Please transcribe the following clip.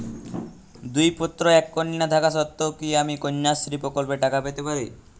দুই পুত্র এক কন্যা থাকা সত্ত্বেও কি আমি কন্যাশ্রী প্রকল্পে টাকা পেতে পারি?